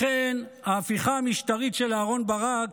לכן ההפיכה המשטרית של אהרן ברק